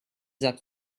that